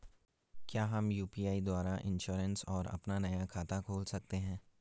क्या हम यु.पी.आई द्वारा इन्श्योरेंस और अपना नया खाता खोल सकते हैं?